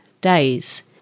Days